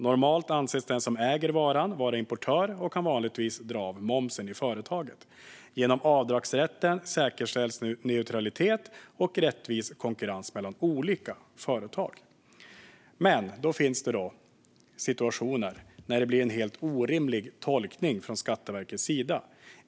Normalt anses den som äger varan vara importör och kan vanligtvis dra av momsen i företaget. Genom avdragsrätten säkerställs neutralitet och rättvis konkurrens mellan olika företag. Men det finns situationer när det blir en helt orimlig tolkning från Skatteverkets sida.